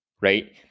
right